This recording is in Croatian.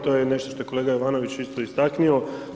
To je nešto što je kolega Jovanović isto istaknuo.